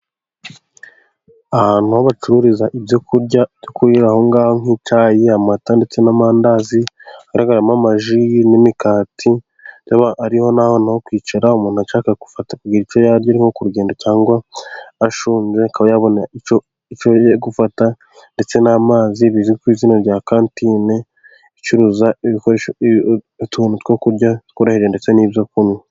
Ahantu ho bacururiza ibyo kurya, byo kurira aho ngaho nk'icyayi ,amata ndetse n'amandazi, hagaragaramo amaji, n'imikati, hariho n'ahantu ho kwicara umuntu ashaka kugira icyo yarya nko ku rugendo ,cyangwa ashonje akaba yabona icyo gufata ,ndetse n'amazi, bizwi ku izina rya kantine icuruza utuntu two kurya tworaheje ndetse n'ibyo kunywa.